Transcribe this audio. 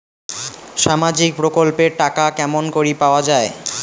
সামাজিক প্রকল্পের টাকা কেমন করি পাওয়া যায়?